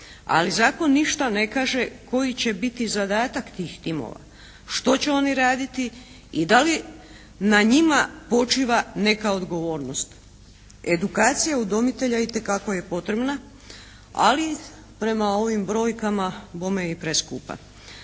ali zakon ništa ne kaže koji će biti zadatak tih timova, što će oni raditi i da li na njima počiva neka odgovornost. Edukacija udomitelja itekako je potrebna ali prema ovim brojkama bome i preskupa.